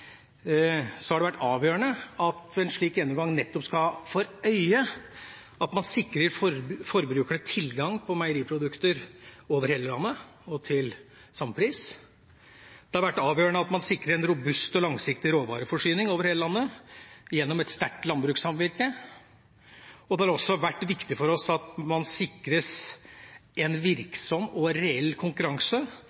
så måte har bidratt til det. Det har vært avgjørende for oss å be om en slik gjennomgang uten å konkludere på om konkurranseforholdene er slik eller slik, noe jeg oppfatter saksordføreren inviterer til. Det har vært avgjørende at en slik gjennomgang nettopp skal ha for øye at en sikrer forbrukerne tilgang på meieriprodukter over hele landet og til samme pris. Det har vært avgjørende at man sikrer en robust og langsiktig